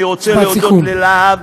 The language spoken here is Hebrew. אני רוצה להודות ללה"ב,